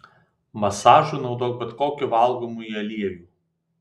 masažui naudok bet kokį valgomąjį aliejų